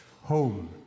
home